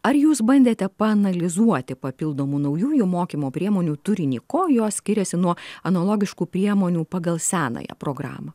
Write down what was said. ar jūs bandėte paanalizuoti papildomų naujųjų mokymo priemonių turinį ko jos skiriasi nuo analogiškų priemonių pagal senąją programą